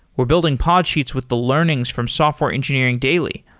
we're building podsheets with the learnings from software engineering daily,